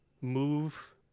move